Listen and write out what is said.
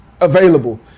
available